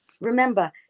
remember